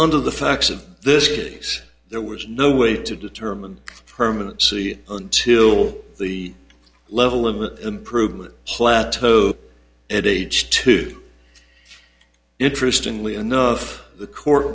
under the facts of this case there was no way to determine permanency until the level of an improvement plateau at age two interesting lee enough the court